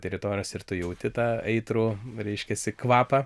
teritorijas ir tu jauti tą aitrų reiškiasi kvapą